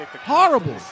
Horrible